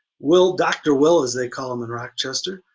will, dr. will as they call him in rochester,